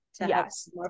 yes